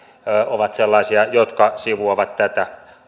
ovat sellaisia jotka sivuavat tätä